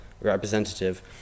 representative